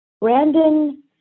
Brandon